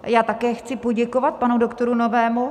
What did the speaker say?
Já také chci poděkovat panu doktoru Novému.